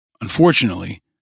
Unfortunately